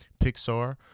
Pixar